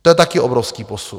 To je taky obrovský posun.